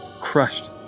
crushed